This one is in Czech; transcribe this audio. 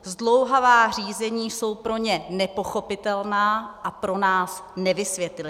Zdlouhavá řízení jsou pro ně nepochopitelná a pro nás nevysvětlitelná.